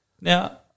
Now